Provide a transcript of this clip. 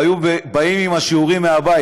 היו באים עם השיעורים מהבית.